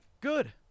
Good